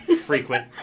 frequent